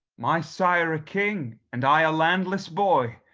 my sire a king, and i a landless boy.